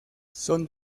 son